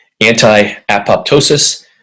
anti-apoptosis